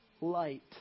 light